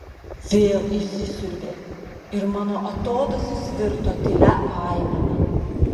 vėl įsisiurbė ir mano atodūsis virto tylia aimana